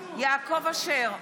בעד יעקב אשר,